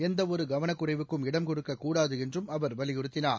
எந்த ஒரு கவனக்குறைவுக்கும் இடம் கொடுக்கக்கூடாது என்றும் அவர் வலியுறுத்தினார்